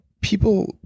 people